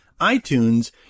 iTunes